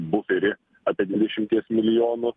buferį apie dvidešimties milijonų